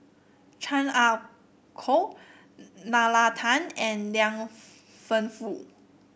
Chan Ah Kow Nalla Tan and Liang Wenfu